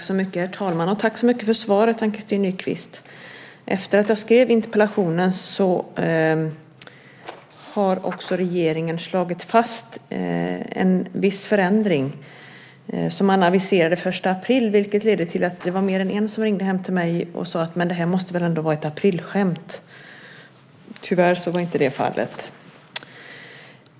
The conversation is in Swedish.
Herr talman! Tack så mycket för svaret, Ann-Christin Nykvist. Efter att jag skrev interpellationen har regeringen också slagit fast en viss förändring som man aviserade den 1 april, vilket ledde till att mer än en person ringde hem till mig och sade: Det här måste väl ändå vara ett aprilskämt. Tyvärr var inte det fallet.